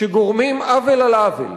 כשגורמים עוול על עוול,